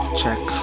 check